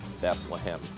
Bethlehem